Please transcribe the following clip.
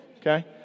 Okay